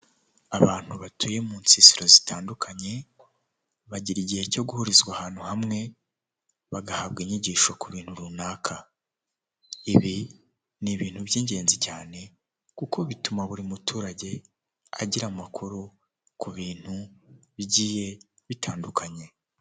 Abantu batuye mu nsisiro zitandukanye bagira igihe cyo guhurizwa ahantu hamwe bagahabwa inyigisho ku bintu runaka; ibi ni ibintu by'ingenzi cyane kuko bituma buri muturage agira amakuru ku bintu bigiye bitandukanye.